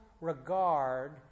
regard